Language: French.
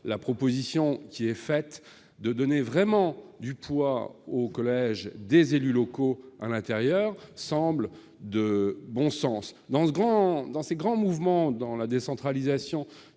la proposition qui est faite de donner un réel poids au collège des élus locaux semble de bon sens. Dans ses grands mouvements, la décentralisation